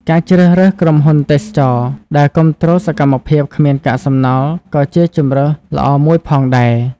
ការជ្រើសរើសក្រុមហ៊ុនទេសចរណ៍ដែលគាំទ្រសកម្មភាពគ្មានកាកសំណល់ក៏ជាជម្រើសល្អមួយផងដែរ។